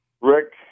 Rick